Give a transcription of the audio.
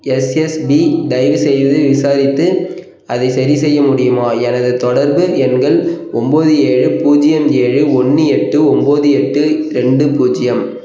SSP தயவுசெய்து விசாரித்து அதை சரிசெய்ய முடியுமா எனது தொடர்பு எண்கள் ஒம்பது ஏழு பூஜ்ஜியம் ஏழு ஒன்று எட்டு ஒம்பது எட்டு ரெண்டு பூஜ்ஜியம்